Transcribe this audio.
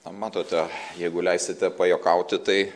matote jeigu leisite pajuokauti tai